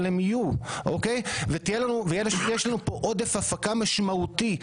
אבל הם יהיו ויהיה לנו פה עודף הפקה משמעותי,